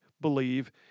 believe